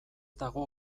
dago